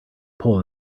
pull